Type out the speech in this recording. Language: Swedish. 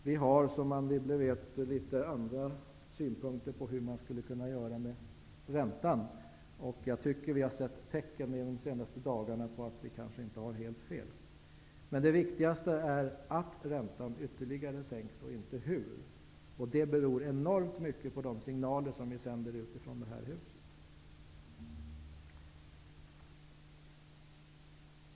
Vi har, som Anne Wibble vet, litet annan syn på hur man skulle kunna göra med räntan. Jag tycker att vi under de senaste dagarna har kunnat se tecken som tyder på att vi kanske inte har helt fel. Det viktigaste är att räntan ytterligare sänks och inte hur. Det beror enormt mycket på de signaler som vi sänder ut från det här huset.